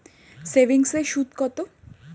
সেভিংসে সুদ কত?